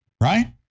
Right